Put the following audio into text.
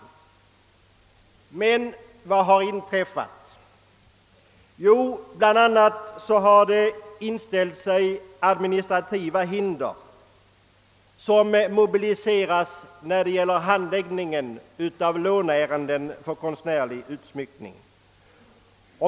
Men vad har inträffat? Jo, bl.a. har det inställt sig administrativa hinder vid handläggningen av låneärenden för konstnärlig utsmyckning.